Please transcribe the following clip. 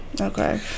Okay